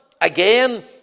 again